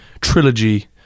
trilogy